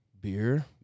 Beer